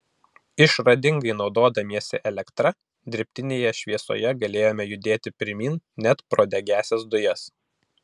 išradingai naudodamiesi elektra dirbtinėje šviesoje galėjome judėti pirmyn net pro degiąsias dujas